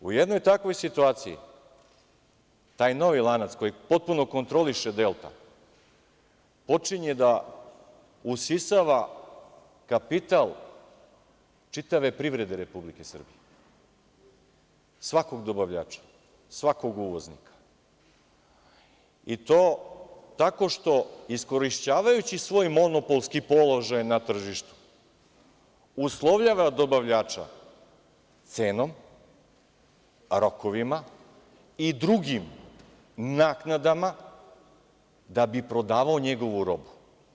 U jednoj takvoj situaciji taj novi lanac koji potpuno kontroliše „Delta“ počinje da usisava kapital čitave privrede Republike Srbije, svakog dobavljača, svakog uvoznika i to tako što iskorišćavajući svoj monopolski položaj na tržištu uslovljava dobavljača cenom, rokovima i drugim naknadama da bi prodavao njegovu robu.